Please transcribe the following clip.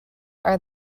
are